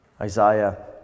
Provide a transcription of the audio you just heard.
Isaiah